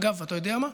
אגב, אתה יודע מה?